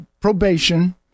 probation